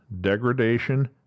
degradation